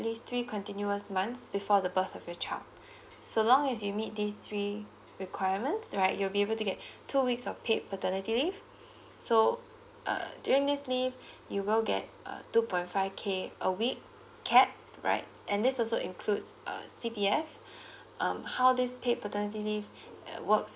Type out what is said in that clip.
least three continuous months before the birth of your child so long as you meet these three requirements right you'll be able to get two weeks of paid paternity leave so err during this leave you will get uh two point five K a week cap right and this also includes uh C_T_F um how this paid paternity leave uh works is